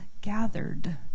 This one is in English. gathered